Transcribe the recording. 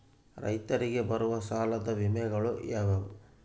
ರೈತರಿಗೆ ಬರುವ ಸಾಲದ ವಿಮೆಗಳು ಯಾವುವು?